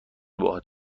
باهات